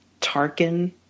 Tarkin